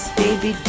baby